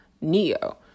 Neo